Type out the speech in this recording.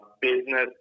business